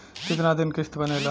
कितना दिन किस्त बनेला?